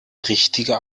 richtige